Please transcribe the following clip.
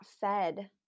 fed